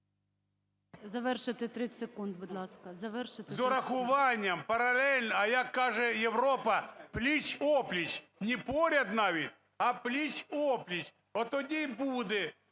Завершити 30 секунд. НІМЧЕНКО В.І. З урахуванням паралельно, а як каже Європа, пліч-о-пліч. Не поряд, навіть, а пліч-о-пліч. От тоді будемо